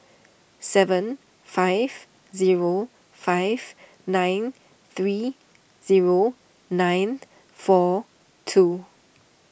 seven five zero five nine three zero nine four two